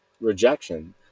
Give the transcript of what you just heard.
Rejection